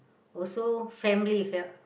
also family fa~